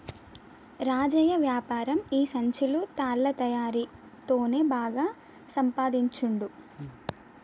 రాజయ్య వ్యాపారం ఈ సంచులు తాళ్ల తయారీ తోనే బాగా సంపాదించుండు